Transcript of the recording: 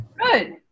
Good